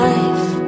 Life